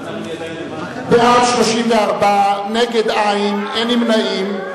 בעד, 34, נגד, אין, אין נמנעים.